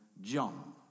John